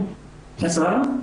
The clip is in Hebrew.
קודם כל,